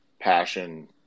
passion